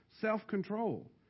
self-control